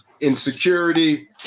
insecurity